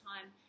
time